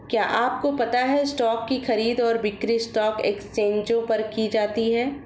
क्या आपको पता है स्टॉक की खरीद और बिक्री स्टॉक एक्सचेंजों पर की जाती है?